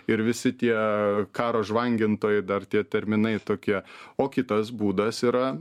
ir visi tie karo žvangintojai dar tie terminai tokie o kitas būdas yra